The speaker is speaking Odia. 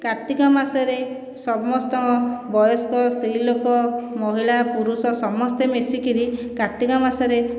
କାର୍ତ୍ତିକ ମାସରେ ସମସ୍ତ ବୟସ୍କ ସ୍ତ୍ରୀ ଲୋକ ମହିଳା ପୁରୁଷ ସମସ୍ତେ ମିଶିକରି କାର୍ତ୍ତିକ ମାସରେ